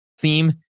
theme